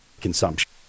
consumption